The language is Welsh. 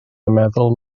meddwl